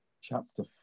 chapter